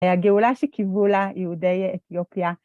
הגאולה שקיוו לה יהודי אתיופיה.